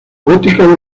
gótica